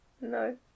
no